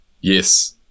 Yes